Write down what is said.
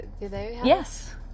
yes